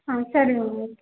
ಹಾಂ ಸರಿ ma'am okay